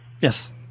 Yes